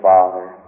Father